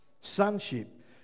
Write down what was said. sonship